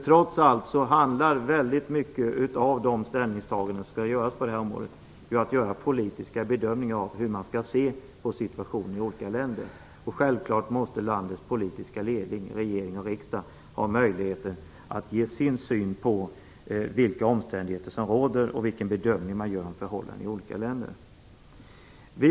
Trots allt handlar många av ställningstagandena på det här området om att det skall göras politiska bedömningar av hur man skall se på situationen i olika länder. Självfallet måste landets politiska ledning - regering och riksdag - ha möjligheter att ge sin syn på vilka omständigheter som föreligger och vilken bedömning som man gör av förhållandena i olika länder.